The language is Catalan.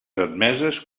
admeses